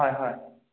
হয় হয়